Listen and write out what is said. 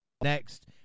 next